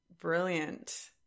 Brilliant